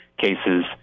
cases